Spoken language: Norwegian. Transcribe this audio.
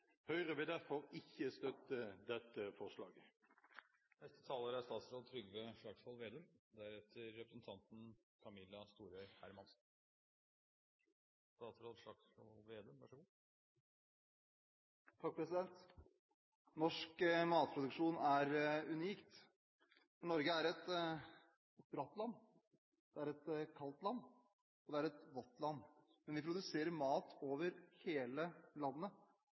Høyre vil derfor ikke støtte dette forslaget. Norsk matproduksjon er unik. Norge er et bratt land, det et kaldt land, og det er et vått land, men vi produserer mat over hele landet,